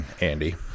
Andy